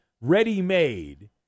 ready-made